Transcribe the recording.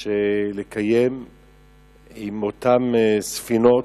של אותן ספינות,